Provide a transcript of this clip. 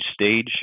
stage